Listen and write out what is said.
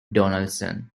donaldson